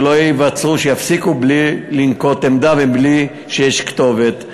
שלא יפסיקו בלי לנקוט עמדה ובלי שיש כתובת.